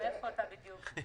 מאיפה אתה בדיוק?